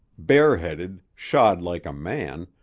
bareheaded, shod like a man,